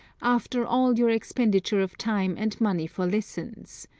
after all your expenditure of time and money for lessons.